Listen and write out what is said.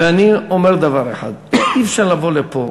ואני אומר דבר אחד: אי-אפשר לבוא לפה